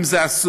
אם זה אסור,